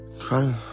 Try